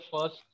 first